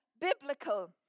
biblical